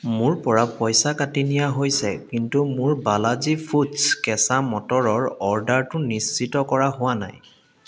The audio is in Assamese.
মোৰ পৰা পইচা কাটি নিয়া হৈছে কিন্তু মোৰ বালাজী ফুডছ্ কেঁচা মটৰৰ অৰ্ডাৰটো নিশ্চিত কৰা হোৱা নাই